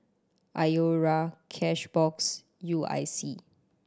Iora Cashbox U I C